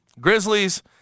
Grizzlies